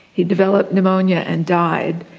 he developed pneumonia and died,